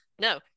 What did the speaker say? No